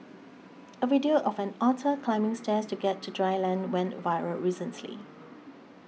a video of an otter climbing stairs to get to dry land went viral recently